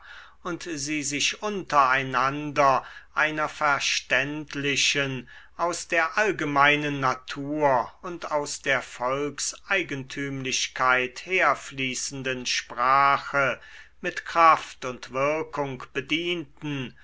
und sie sich unter einander einer verständlichen aus der allgemeinen natur und aus der volkseigentümlichkeit herfließenden sprache mit kraft und wirkung bedienten